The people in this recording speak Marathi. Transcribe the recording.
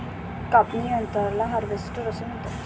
कापणी यंत्राला हार्वेस्टर असे म्हणतात